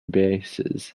bases